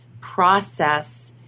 process